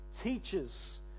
teachers